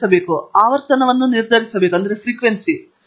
ನಾನು ಆವರ್ತನವನ್ನು ನಿರ್ಧರಿಸಬಹುದು